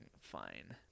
fine